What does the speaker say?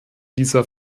dieser